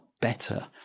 better